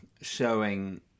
showing